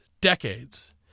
decades